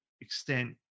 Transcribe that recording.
extent